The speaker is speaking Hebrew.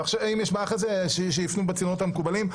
אם יש בעיה אחרי זה, שיפנו בצינורות המקובלים.